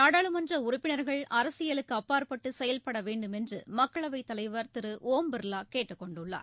நாடாளுமன்ற உறுப்பினர்கள் அரசியலுக்கு அப்பாற்பட்டு செயல்பட வேண்டும் என்று மக்களவைத் தலைவர் திரு ஓம் பிர்லா கேட்டுக் கொண்டுள்ளார்